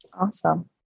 Awesome